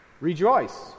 rejoice